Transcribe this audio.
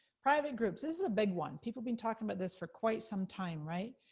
private groups, this is a big one. people been talking about this for quite some time, right?